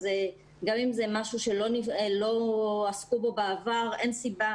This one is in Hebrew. גם אם זה משהו שלא עסקו בו בעבר אין סיבה